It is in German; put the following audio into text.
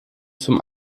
zum